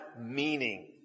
meaning